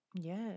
Yes